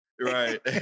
Right